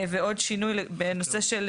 ועוד שינוי בנושא של